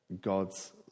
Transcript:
God's